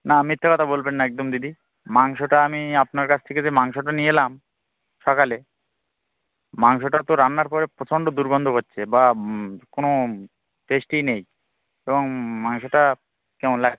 না মিথ্য়ে কথা বলবেন না একদম দিদি মাংসটা আমি আপনার কাছ থেকে যে মাংসটা নিয়ে এলাম সকালে মাংসটা তো রান্নার পরে প্রচণ্ড দুর্গন্ধ করছে বা কোনো টেস্টই নেই এবং মাংসটা কেমন লাগছে